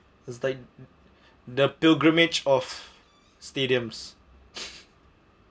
is like the pilgrimage of stadiums